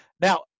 Now